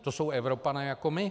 To jsou Evropané jako my.